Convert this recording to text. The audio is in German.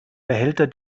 behälter